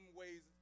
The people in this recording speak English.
ways